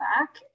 back